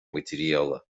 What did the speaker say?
материала